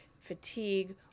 fatigue